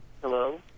Hello